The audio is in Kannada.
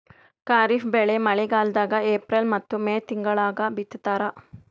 ಖಾರಿಫ್ ಬೆಳಿ ಮಳಿಗಾಲದಾಗ ಏಪ್ರಿಲ್ ಮತ್ತು ಮೇ ತಿಂಗಳಾಗ ಬಿತ್ತತಾರ